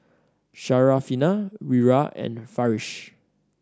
Syarafina Wira and Farish